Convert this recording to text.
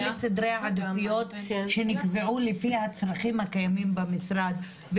אלה סדרי עדיפויות שנקבעו לפי הצרכים הקיימים במשרד,